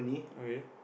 okay